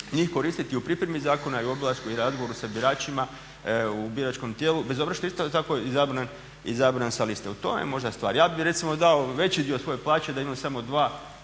njih koristiti u pripremi zakona i obilasku i razgovoru sa biračima u biračkom tijelu bez obzira što je isto tako izabran sa liste. U tome je možda stvar. Ja bih recimo dao veći dio svoje plaće da imam samo dva